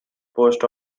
post